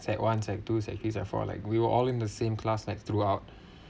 sec~ one sec~ two sec~ three sec four like we were all in the same class like throughout